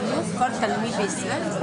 אני לא